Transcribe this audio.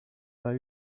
pas